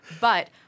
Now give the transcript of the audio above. But-